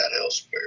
elsewhere